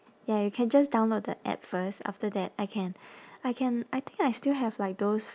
ya you can just download the app first after that I can I can I think I still have like those